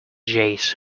jays